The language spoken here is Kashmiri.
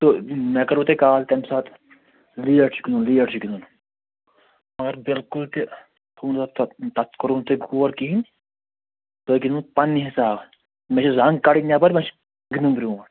تہٕ مےٚ کٔروٕ تۄہہِ کال تٔمہِ ساتہٕ لیٹ چھُ گِنٛدُن لیٹ چھُ گِنٛدُن مگر بِلکُل تہِ تھوٚو نہٕ تتھ تتھ کوٚروٕ نہٕ تۄہہِ غور کِہیٖنٛۍ تۄہہِ گِنٛدوٗ پنٕنہِ حِسابہٕ نہَ چھِ زنٛگ کڈٕنۍ نیٚبر گِنٛدُن برٛوٗنٛٹھ